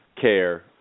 care